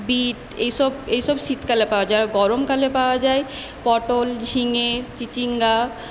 bit এসব এইসব শীতকালে পাওয়া যায় আর গরমকালে পাওয়া যায় পটল ঝিঙে চিচিঙ্গা